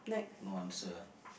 no answer ah